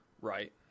Right